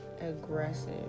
aggressive